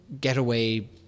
getaway